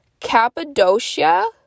Cappadocia